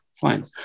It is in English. Fine